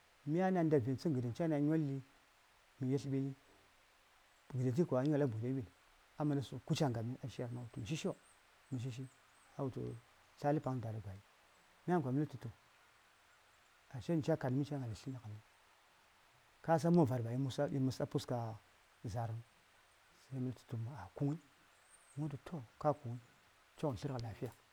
﻿Myana nda vintsən gəɗen cana nyolɗi mə yetl ɓili gəde ti kwa amana sutudi kuci a ngabmi awutu shi-shiyo mə shi-shi a wultu tlə a pang dada gwai myan kwa mətləm tutə a she daŋ ca kadmi ca ngaltə tləni ngəndi kasan mənvar ba yi məs a puska za:rəŋ sai mətlən tutə ina a kungəi mə wultu to ka kungəi chongvon tə tlərgə lafiya.